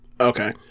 Okay